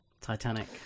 Titanic